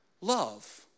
love